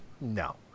No